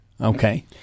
Okay